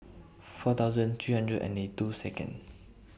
four thousand three hundred and ninety two Second